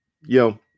yo